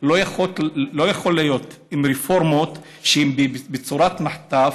לא יכול להיות עם רפורמות שהן בצורת מחטף,